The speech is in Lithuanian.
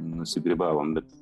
nusigrybavom bet